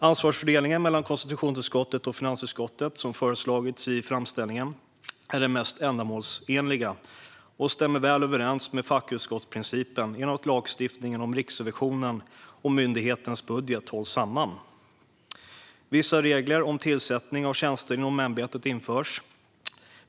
Ansvarsfördelningen mellan konstitutionsutskottet och finansutskottet som föreslagits i framställningen är den mest ändamålsenliga och stämmer väl överens med fackutskottsprincipen genom att lagstiftningen om Riksrevisionen och myndighetens budget hålls samman. Vissa regler om tillsättning av tjänster inom ämbetet införs.